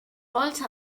wollte